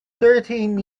thirteen